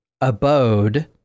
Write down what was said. abode